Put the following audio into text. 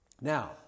Now